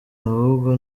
ahubwo